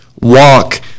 walk